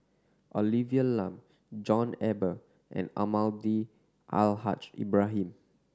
Olivia Lum John Eber and Almahdi Al Haj Ibrahim